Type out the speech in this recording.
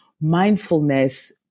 mindfulness